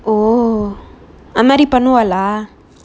oh அது மாறி பண்ணுவாளா:athu mari pannuvala